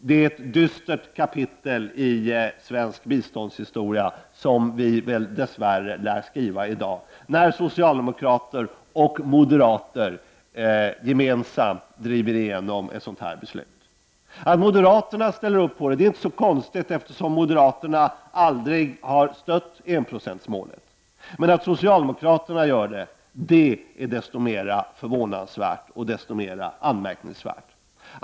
Det är ett dystert kapitel i svensk biståndshistoria som vi dess värre lär skriva i dag, när socialdemokrater och moderater gemensamt driver igenom ett sådant beslut. Att moderaterna ställer upp på det är inte så konstigt, då de aldrig har stött enprocentsmålet. Men att socialdemokraterna gör det är desto mer förvånande och anmärkningsvärt.